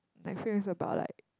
like film is about like